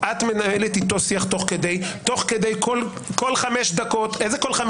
את מנהלת איתו שיח תוך כדי, כל 10 שניות